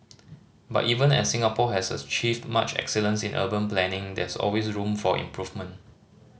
but even as Singapore has achieved much excellence in urban planning there is always room for improvement